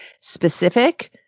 specific